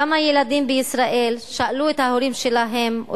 כמה ילדים בישראל שאלו את ההורים שלהם על